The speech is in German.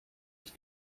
ich